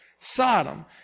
Sodom